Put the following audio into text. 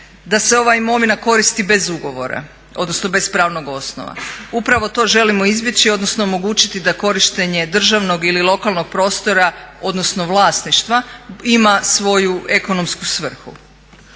da se ova imovina koristi bez ugovora, odnosno bez pravnog osnova. Upravo to želimo izbjeći, odnosno omogućiti da korištenje državnog ili lokalnog prostora odnosno vlasništva ima svoju ekonomsku svrhu.